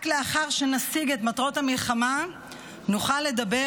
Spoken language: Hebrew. רק לאחר שנשיג את מטרות המלחמה נוכל לדבר